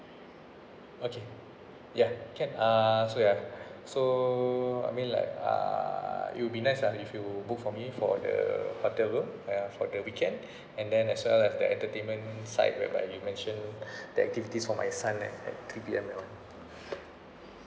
okay ya can uh so ya so I mean like uh it will be nice ah if you book for me for the hotel room for the weekend and then as well as the entertainment inside whereby you mentioned the activities for my son that at two P_M that [one]